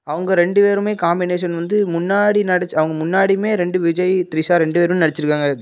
அவங்க ரெண்டு பேருமே காமினேஷன் வந்து முன்னாடி நடிச்ச அவங்க முன்னாடியுமே ரெண்டு விஜய் த்ரிஷா ரெண்டு பேருமே நடிச்சுருக்காங்க